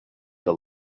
the